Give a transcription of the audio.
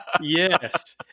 Yes